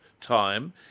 time